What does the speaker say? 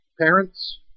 Parents